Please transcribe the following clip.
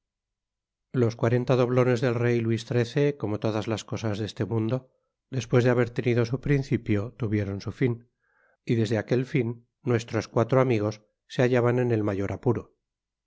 los cuarenta doblones del rey luis xiii como todas las cosas de este mundo despues de haber tenido su principio tuvieron su fin y desde aquel fin nuestros cuatro amigos se hallaban en el mayor apuro